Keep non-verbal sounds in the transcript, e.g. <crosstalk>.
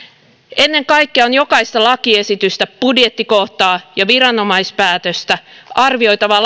ennen kaikkea on jokaista lakiesitystä budjettikohtaa ja viranomaispäätöstä arvioitava <unintelligible>